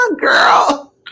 girl